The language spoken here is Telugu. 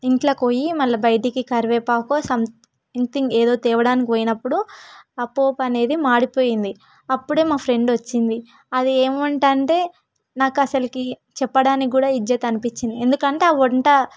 ఇంట్లోకి పోయి మళ్ళీ బయటికి కరివేపాకో సంథింగ్ ఎదో తేవడానికి పోయినప్పుడు ఆ పోపు అనేది మాడిపోయింది అప్పుడే మా ఫ్రెండ్ వచ్చింది అది ఏం వంట అంటే నాకు అసలుకి చెప్పడానికి కూడా ఇజ్జత్ అనిపించింది ఎందుకంటే ఆ వంట